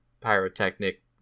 pyrotechnic